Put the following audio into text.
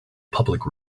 public